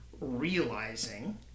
realizing